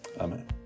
Amen